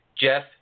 Jeff